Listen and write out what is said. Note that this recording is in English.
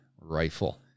rifle